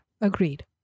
agreed